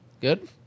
Good